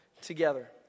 together